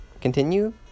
Continue